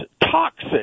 toxic